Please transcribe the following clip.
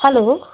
hello